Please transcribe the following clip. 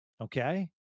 okay